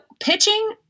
pitching